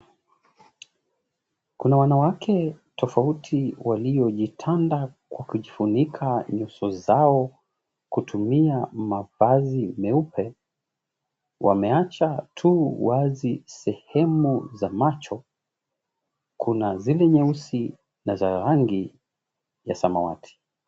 Kuna wanawake tofauti waliojitanda kwa kufunika nyuso zao kutumia mavazi meupe, wameacha tu wazi sehemu za macho. Kuna zile nyeusi na za rangi ya samawati.